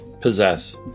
possess